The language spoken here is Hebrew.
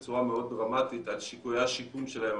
בצורה מאוד דרמטית על סיכויי השיקום שלהם,